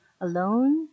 alone